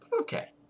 Okay